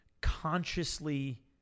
consciously